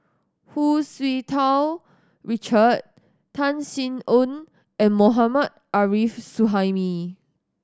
Hu Tsu Tau Richard Tan Sin Aun and Mohammad Arif Suhaimi